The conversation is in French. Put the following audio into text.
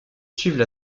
suivent